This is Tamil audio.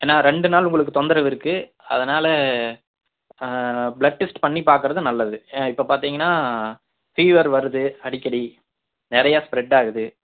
ஏன்னா ரெண்டு நாள் உங்களுக்கு தொந்தரவு இருக்கு அதனால் பிளட் டெஸ்ட் பண்ணி பார்க்குறது நல்லது இப்போ பார்த்தீங்கனா பீவர் வருது அடிக்கடி நிறைய ஸ்பெரட் ஆகுது